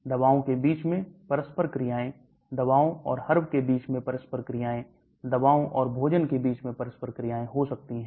दवाओं के बीच में परस्पर क्रियाएं दवाओं और हर्ब के बीच में परस्पर क्रियाएं दवाओं और भोजन के बीच में परस्पर क्रियाएं हो सकती हैं